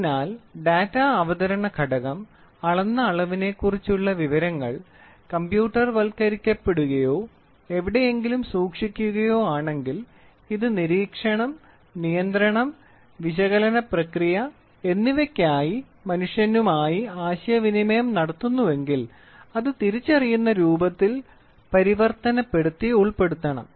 അതിനാൽ ഡാറ്റ അവതരണ ഘടകം അളന്ന അളവിനെക്കുറിച്ചുള്ള വിവരങ്ങൾ കമ്പ്യൂട്ടർവത്കരിക്കപ്പെടുകയോ എവിടെയെങ്കിലും സൂക്ഷിക്കുകയോ ആണെങ്കിൽ ഇത് നിരീക്ഷണം നിയന്ത്രണം വിശകലന പ്രക്രിയ എന്നിവയ്ക്കായി മനുഷ്യനുമായി ആശയവിനിമയം നടത്തുന്നുവെങ്കിൽ അത് തിരിച്ചറിയുന്ന രൂപത്തിൽ പരിവർത്തനപ്പെടുത്തി ഉൾപ്പെടുത്തണം